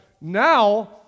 Now